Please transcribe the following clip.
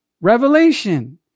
Revelation